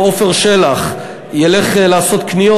אם עפר שלח ילך לעשות קניות,